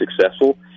successful